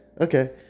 okay